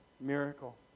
miracle